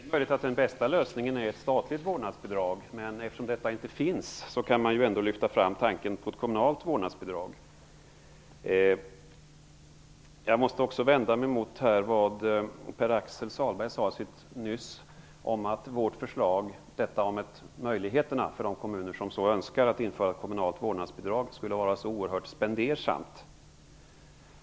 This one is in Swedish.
Fru talman! Nej, det är möjligt att den bästa lösningen är ett statligt vårdnadsbidrag, men eftersom det inte finns ett sådant, kan man ändå lyfta fram tanken på ett kommunalt vårdnadsbidrag. Jag måste också vända mig emot det som Pär-Axel Sahlberg nyss sade om att vårt förslag att ge möjligheter för de kommuner som så önskar att införa ett kommunalt vårdnadsbidrag skulle vara så oerhört spendersamt.